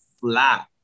flat